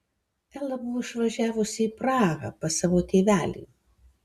ela buvo išvažiavusi į prahą pas savo tėvelį